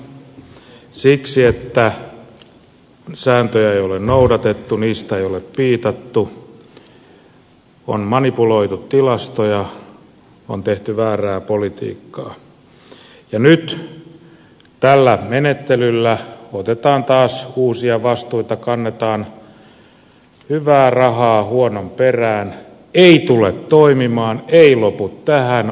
siksi että sääntöjä ei ole noudatettu niistä ei ole piitattu on manipuloitu tilastoja on tehty väärää politiikkaa ja nyt tällä menettelyllä otetaan taas uusia vastuita kannetaan hyvää rahaa huonon perään ei tule toimimaan ei lopu tähän